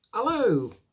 Hello